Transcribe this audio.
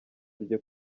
rye